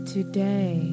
Today